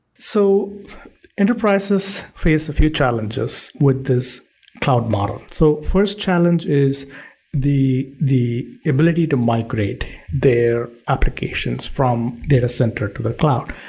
so enterprises face a few challenges with this cloud model. so first challenge is the the ability to migrate their applications from data center to the cloud.